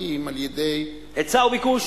נקבעים על-ידי, היצע וביקוש.